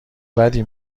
بدی